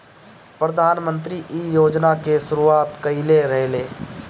प्रधानमंत्री इ योजना के शुरुआत कईले रलें